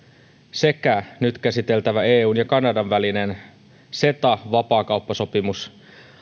sekä nyt käsiteltävä eun ja kanadan välinen ceta vapaakauppasopimus